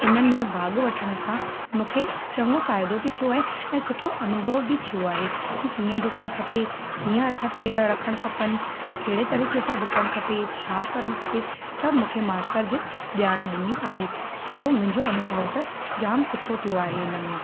इन में भाग वठण सां मूंखे चङो फ़ाइदो बि थियो आहे ऐं सुठो अनुभव बि थियो आहे की कीअं डुकणु खपे कीअं हथ पेर रखणु खपनि कहिड़े तरीक़े सां डुकणु खपे छा करणु खपे सभु मूंखे मास्तर जिन ॼाण ॾिनी आहे सो मिंजो अनुभव त जाम सुठो थियो आहे इन में